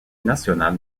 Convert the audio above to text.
national